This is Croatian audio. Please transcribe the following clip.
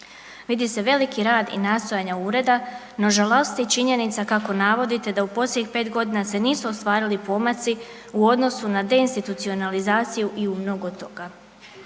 vidi se veliki rad i nastojanje ureda no žalosti činjenica kako navodite da u posljednjih 5 godina se nisu ostvarili pomaci u odnosu na deinstitucionalizaciju i u mnogo toga.